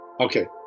Okay